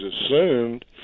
assumed